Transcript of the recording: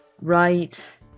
right